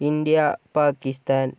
India Pakistan